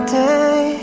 day